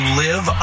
live